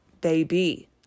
baby